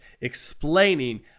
explaining